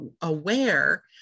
aware